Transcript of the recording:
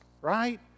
Right